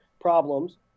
problems